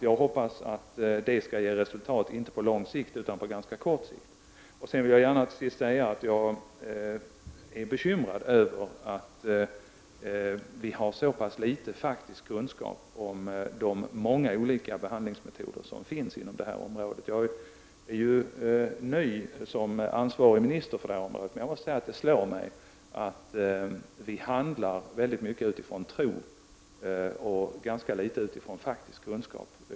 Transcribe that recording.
Jag hoppas att detta skall ge resultat, inte bara på lång sikt, utan även på ganska kort sikt. Till sist vill jag säga att jag är bekymrad över att vi har så pass liten faktisk kunskap om de många olika behandlingsmetoder som finns inom detta om råde. Jag är ny som ansvarig minister för detta område, men det har slagit mig att vi handlar väldigt mycket utifrån tro och ganska litet utifrån faktisk kunskap.